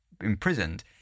imprisoned